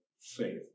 faith